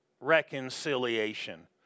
reconciliation